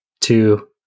two